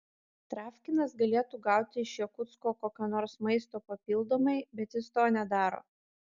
travkinas galėtų gauti iš jakutsko kokio nors maisto papildomai bet jis to nedaro